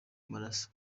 maraso